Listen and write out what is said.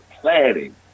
planning